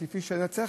כפי שהיה צריך?